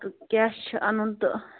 تہٕ کیٛاہ چھُ اَنُن تہٕ